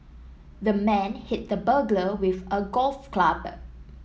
the man hit the burglar with a golf club